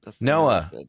Noah